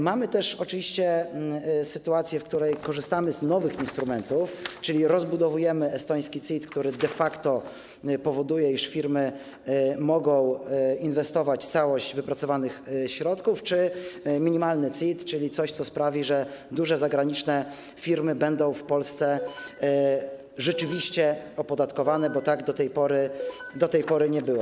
Mamy też oczywiście sytuację w której korzystamy z nowych instrumentów, czyli rozbudowujemy estoński CIT, który de facto powoduje, iż firmy mogą inwestować całość wypracowanych środków, czy minimalny CIT, czyli coś, co sprawi, że duże zagraniczne firmy będą w Polsce rzeczywiście opodatkowane, bo do tej pory tak nie było.